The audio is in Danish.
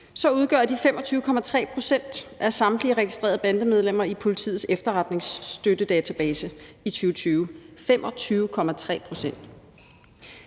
udgør de 25,3 pct. af samtlige registrerede bandemedlemmer i Politiets Efterforskningstøtte Database – 25,3 pct.